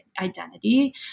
identity